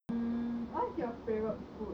mm what's your favourite food